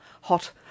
hot